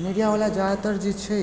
मीडियावला जादातर जे छै